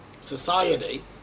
society